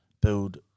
build